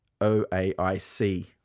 OAIC